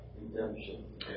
Redemption